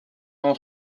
dont